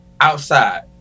outside